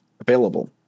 Available